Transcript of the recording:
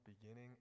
beginning